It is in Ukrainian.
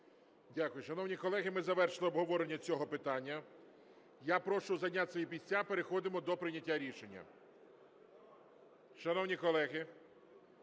Дякую. Шановні колеги, ми завершили обговорення цього питання. Я прошу зайняти свої місця, переходимо до прийняття рішення. Шановні колеги,